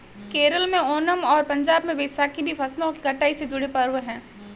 केरल में ओनम और पंजाब में बैसाखी भी फसलों की कटाई से जुड़े पर्व हैं